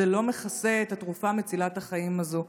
זה לא מכסה את התרופה מצילת החיים הזאת.